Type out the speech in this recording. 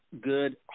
good